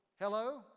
Hello